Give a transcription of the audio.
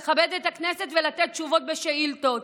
לכבד את הכנסת ולתת תשובות על שאילתות.